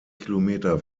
kilometer